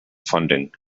funding